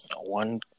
one